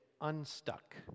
unstuck